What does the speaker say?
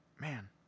Man